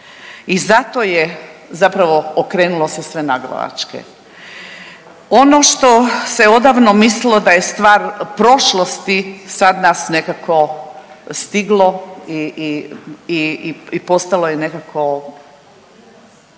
i zato je zapravo okrenulo se sve naglavačke. Ono što se odavno mislilo da je stvar prošlosti, sad nas nekako stiglo i i, postalo je nekako,